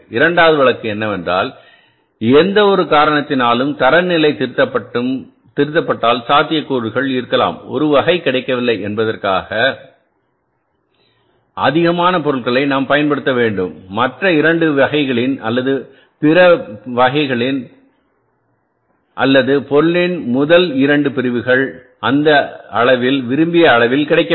இரண்டாவது வழக்கு என்னவென்றால் எந்தவொரு காரணத்தினாலும் தரநிலை திருத்தப்பட்டால்சாத்தியக்கூறு இருக்கலாம் ஒரு வகை கிடைக்கவில்லை என்பதற்கான எனவேஅதிகமான பொருள்களை நாம் பயன்படுத்த வேண்டும் மற்ற 2 வகைகளின் அல்லது பிற 3 வகைகளின்அல்லது பொருளின் முதல் 2 பிரிவுகள் அந்த அளவில் விரும்பிய அளவில் கிடைக்கவில்லை